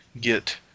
get